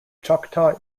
choctaw